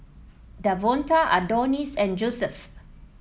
Davonta Adonis and Josef